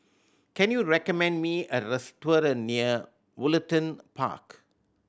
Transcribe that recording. can you recommend me a restaurant near Woollerton Park